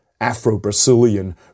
Afro-Brazilian